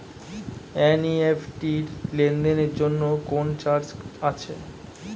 NEFT লেনদেনের জন্য কোন চার্জ আছে?